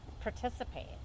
participate